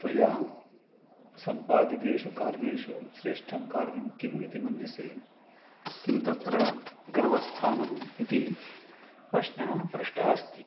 त्वया सम्पादितेषु कार्येषु श्रेष्ठं कार्यं किम् इति मन्येसे किं तत्र गर्वस्थानम् इति प्रश्नः पृष्टः अस्ति